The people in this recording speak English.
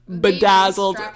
bedazzled